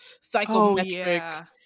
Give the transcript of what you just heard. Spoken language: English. psychometric